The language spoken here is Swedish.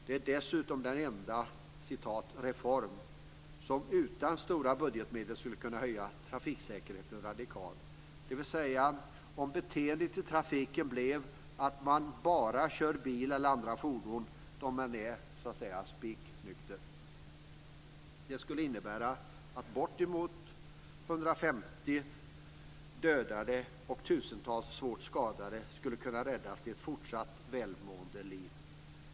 Det är dessutom den enda "reform" som utan stora budgetmedel skulle kunna öka trafiksäkerheten radikalt - dvs. om beteendet i trafiken blev att man bara kör bil eller andra fordon då man är "spiknykter". Det skulle innebära att bortemot 150 dödade kunde undvikas och att tusentals svårt skadade kunde räddas till ett fortsatt välmående liv.